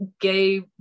gay